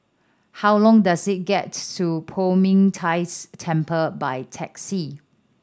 how long does it get to Poh Ming Tse Temple by taxi